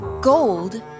gold